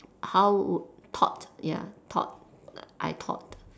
how would~ thought ya thought I thought